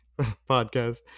podcast